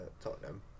Tottenham